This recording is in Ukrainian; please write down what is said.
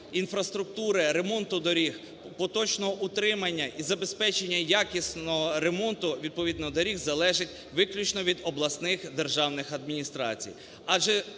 інфраструктури ремонту доріг поточного утримання і забезпечення якісного ремонту, відповідно доріг, залежить виключно від обласних державних адміністрацій.